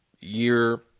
year